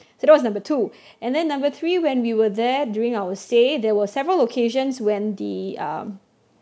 so there was number two and then number three when we were there during our stay there were several occasions when the um